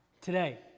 today